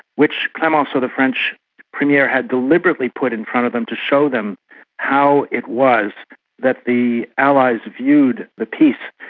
which clemenceau, the french premier had deliberately put in front of them to show them how it was that the allies viewed the peace.